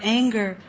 anger